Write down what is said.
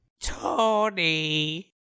Tony